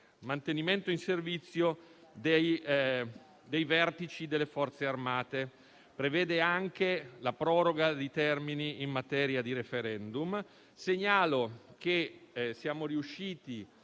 mantenimento in servizio dei vertici delle Forze armate e prevede anche la proroga di termini in materia di *referendum*. Segnalo che siamo riusciti